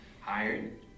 hired